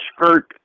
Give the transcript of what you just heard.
skirt